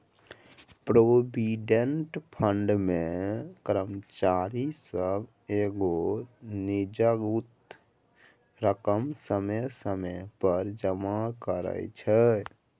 provident fund मे कर्मचारी सब एगो निजगुत रकम समय समय पर जमा करइ छै